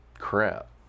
crap